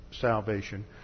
salvation